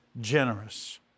generous